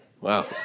Wow